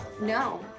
No